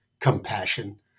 compassion